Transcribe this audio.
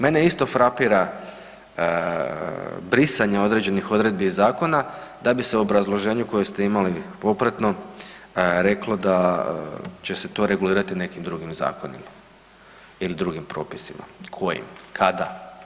Mene isto frapira brisanje određenih odredbi iz zakona da bi se u obrazloženju koje ste imali popratno rekli da će se to regulirati nekim drugim zakonima ili drugim propisima, kojim, kada?